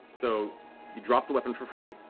so you drop the weapon for free,